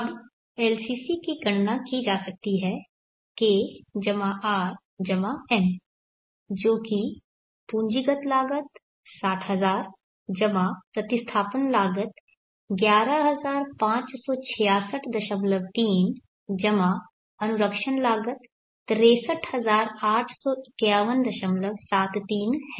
अब LCC की गणना की जा सकती है K R M जो कि पूंजीगत लागत 60000 जमा प्रतिस्थापन लागत 115663 जमा अनुरक्षण लागत 6385173 है